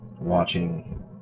watching